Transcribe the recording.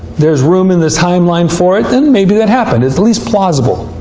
there's room in the timeline for it. then maybe that happened. it's at least plausible.